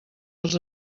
els